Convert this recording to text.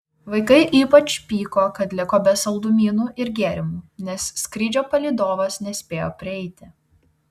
vaikai ypač pyko kad liko be saldumynų ir gėrimų nes skrydžio palydovas nespėjo prieiti